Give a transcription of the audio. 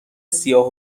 سیاه